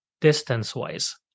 distance-wise